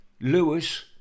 Lewis